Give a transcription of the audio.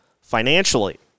financially